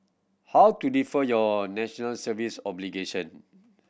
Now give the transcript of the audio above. how to defer your National Service obligation